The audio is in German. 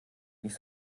nicht